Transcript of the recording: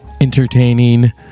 entertaining